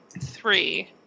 three